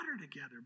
together